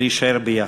להישאר ביחד.